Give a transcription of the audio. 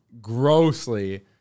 grossly